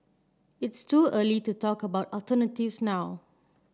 it's too early to talk about alternatives now